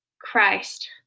Christ